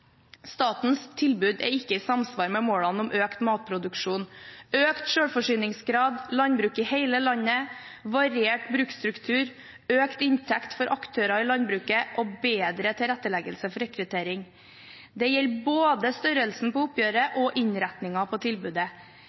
Statens tilbud er ikke i samsvar med målene om økt matproduksjon, økt selvforsyningsgrad, landbruk i hele landet, variert bruksstruktur, økt inntekt for aktører i landbruket og bedre tilretteleggelse for rekruttering. Det gjelder både størrelsen på oppgjøret og innretningen på tilbudet.